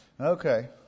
Okay